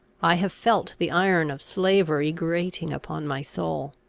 i have felt the iron of slavery grating upon my soul.